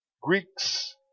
Greeks